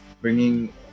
bringing